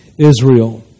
Israel